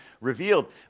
revealed